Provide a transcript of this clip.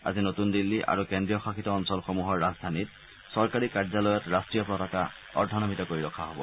আজি নতুন দিল্লী আৰু কেন্দ্ৰীয় শাসিত অঞ্চলসমূহৰ ৰাজধানীত চৰকাৰী কাৰ্যলয়ত ৰাট্টীয় পতাকা অৰ্ধনমিত কৰি ৰখা হব